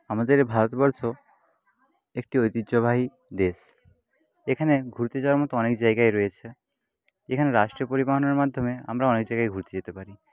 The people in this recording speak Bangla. আমাদের ভারতবর্ষ একটি ঐতিহ্যবাহী দেশ এখানে ঘুরতে যাওয়ার মতো অনেক জায়গাই রয়েছে এখানে রাষ্ট্রীয় পরিবহনের মাধ্যমে আমরা অনেক জায়গায় ঘুরতে যেতে পারি